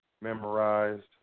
memorized